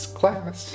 class